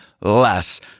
less